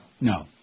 No